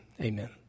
amen